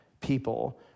people